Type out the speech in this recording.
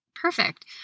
Perfect